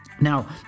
Now